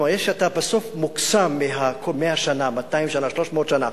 אתה בסוף מוקסם מ-100 שנה, 200 שנה, 300 שנה,